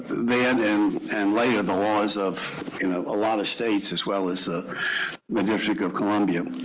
then and and later, the laws of you know a lot of states, as well as ah the district of columbia.